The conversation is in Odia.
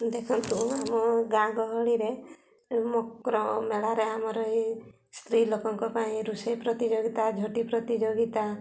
ଦେଖନ୍ତୁ ଆମ ଗାଁ ଗହଳିରେ ମକର ମେଳାରେ ଆମର ଏଇ ସ୍ତ୍ରୀ ଲୋକଙ୍କ ପାଇଁ ରୋଷେଇ ପ୍ରତିଯୋଗିତା ଝୋଟି ପ୍ରତିଯୋଗିତା